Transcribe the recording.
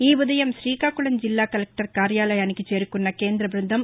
ఈ ఉదయం రీకాకుళంజిల్లా కలెక్టర్ కార్యాలయానికి చేరుకున్న కేంద్ర బ్బందం